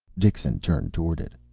dixon turned toward it.